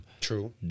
True